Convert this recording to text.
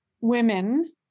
women